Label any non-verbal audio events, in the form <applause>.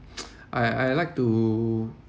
<noise> I I like to